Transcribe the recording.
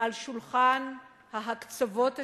על שולחן ההקצבות השונות,